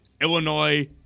Illinois